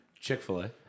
Chick-fil-A